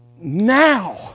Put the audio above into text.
now